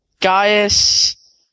Gaius